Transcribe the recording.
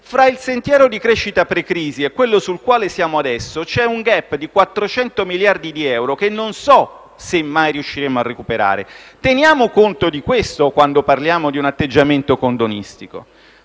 Fra il sentiero di crescita pre-crisi e quello sul quale siamo adesso c'è un *gap* di 400 miliardi di euro, che non so se riusciremo mai a recuperare. Teniamo conto di questo quando parliamo di un atteggiamento condonistico.